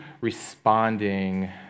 responding